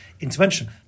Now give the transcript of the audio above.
intervention